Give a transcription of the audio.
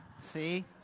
See